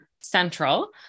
central